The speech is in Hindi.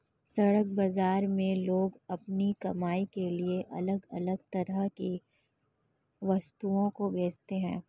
सड़क बाजार में लोग अपनी कमाई के लिए अलग अलग तरह की वस्तुओं को बेचते है